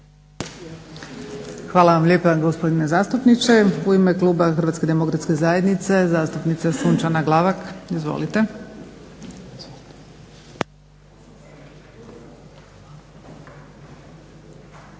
Hvala vam lijepa gospodine zastupniče. U ime kluba HDZ-a zastupnica Sunčana Glavak. Izvolite. **Glavak,